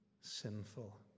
sinful